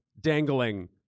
dangling